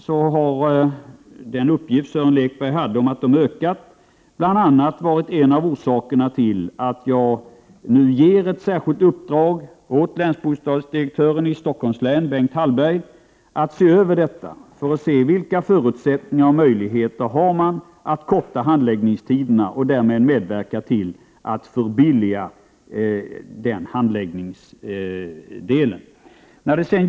Sören Lekbergs uppgift om att dessa har blivit längre är en av orsakerna till att länsbostadsdirektören i Stockholms län Bengt Hallberg nu får det särskilda uppdraget av mig att se över detta för att ta reda på vilka förutsättningar och möjligheter som finns när det gäller att förkorta handläggningstiderna och därmed medverka till att förbilliga handläggningen i den delen.